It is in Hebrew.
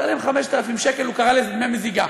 שלם 5,000 שקל, הוא קרא לזה "דמי מזיגה".